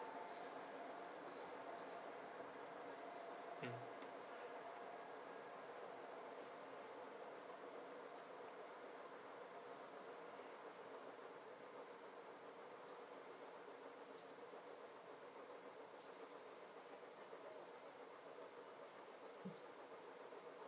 mm